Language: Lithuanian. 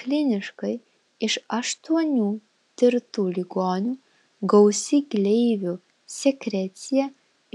kliniškai iš aštuonių tirtų ligonių gausi gleivių sekrecija